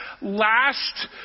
last